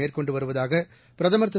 மேற்கொண்டு வருவதாக பிரதமர் திரு